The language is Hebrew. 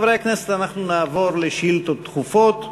חברי הכנסת, אנחנו נעבור לשאילתות דחופות.